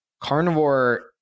Carnivore